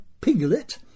Piglet